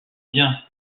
bien